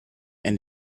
and